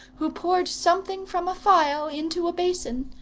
who poured something from a phial into a basin.